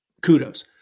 Kudos